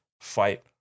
fight